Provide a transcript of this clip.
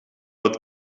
het